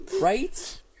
right